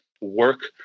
work